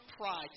pride